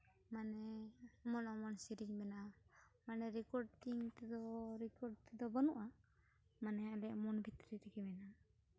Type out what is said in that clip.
ᱢᱟᱱᱮ ᱮᱢᱚᱱ ᱮᱢᱚᱱ ᱥᱮᱨᱮᱧ ᱢᱮᱱᱟᱜᱼᱟ ᱢᱟᱱᱮ ᱨᱮᱠᱳᱰᱤᱝ ᱛᱮᱫᱚ ᱨᱮᱠᱚᱨᱰ ᱛᱮᱫᱚ ᱵᱟᱹᱱᱩᱜᱼᱟ ᱢᱟᱱᱮ ᱟᱞᱮᱭᱟᱜ ᱢᱚᱱ ᱵᱷᱤᱛᱨᱤ ᱨᱮᱜᱮ ᱢᱮᱱᱟᱜᱼᱟ